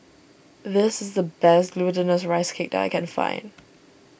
this is the best Glutinous Rice Cake that I can find